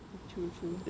true true